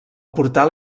portal